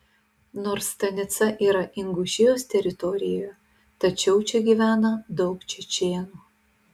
nors stanica yra ingušijos teritorijoje tačiau čia gyvena daug čečėnų